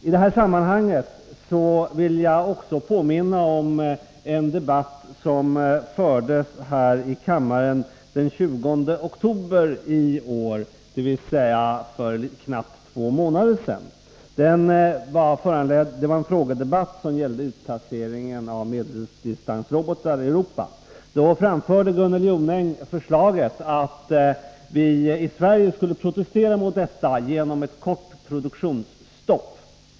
I detta sammanhang vill jag också påminna om en debatt som fördes här i kammaren den 20 oktober i år, dvs. för knappt två månader sedan. Det var en frågedebatt som gällde utplaceringen av medeldistansrobotar i Europa. Då framförde Gunnel Jonäng förslaget att vi i Sverige skulle protestera mot detta genom ett kort produktionsstopp.